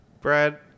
Brad